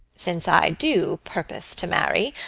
since i do purpose to marry,